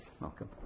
Malcolm